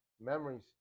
memories